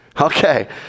Okay